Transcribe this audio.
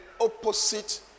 opposite